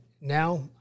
now